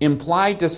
implied t